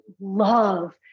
love